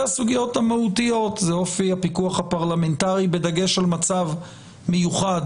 הסוגיות המהותיות: זה אופי הפיקוח הפרלמנטרי בדגש על מצב מיוחד,